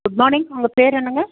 good morning உங்கள் பேர் என்னங்க